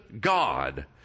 God